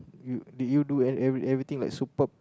you did you do every everything like superb